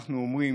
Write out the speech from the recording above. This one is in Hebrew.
אנחנו מודים: